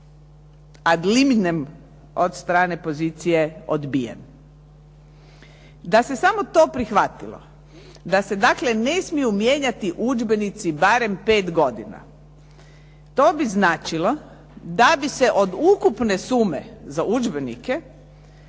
razumije./… od strane pozicije odbijen. Da se samo to prihvatilo, da se dakle ne smiju mijenjati udžbenici barem pet godina. To bi značilo da bi se od ukupne sume za udžbenike